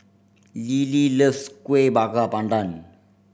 Lily loves Kuih Bakar Pandan